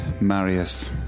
Marius